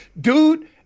dude –